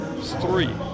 three